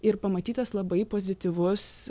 ir pamatytas labai pozityvus